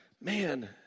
man